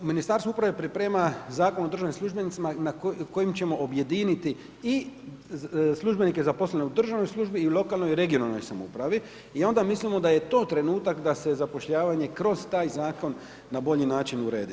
Ministarstvo uprave priprema Zakon o državnim službenicima kojim ćemo objediniti i službenike zaposlene u državnoj službi i lokalnoj i regionalnoj samoupravi i onda mislimo da je to trenutak da se zapošljavanje kroz taj zakon na bolji način uredi.